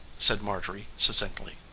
said marjorie succinctly.